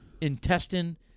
intestine